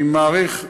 אני מעריך,